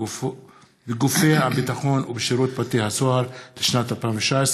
בגופי הביטחון ובשרות בתי הסוהר לשנת 2017,